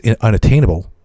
unattainable